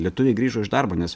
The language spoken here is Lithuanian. lietuviai grįžo iš darbo nes